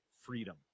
freedom